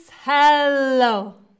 hello